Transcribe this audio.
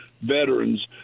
veterans